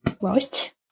Right